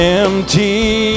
empty